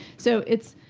so it's